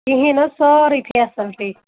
کِہیٖنۍ نہٕ حظ سٲرٕے فیسَلٹی